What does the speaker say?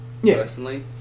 personally